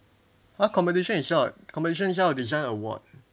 !huh! competition is not competition 叫 design award